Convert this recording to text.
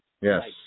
Yes